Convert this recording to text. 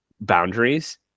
boundaries